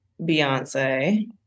Beyonce